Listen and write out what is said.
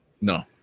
No